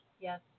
Yes